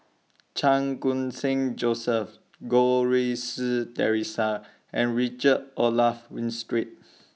Chan Khun Sing Joseph Goh Rui Si Theresa and Richard Olaf Winstedt